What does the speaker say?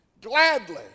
gladly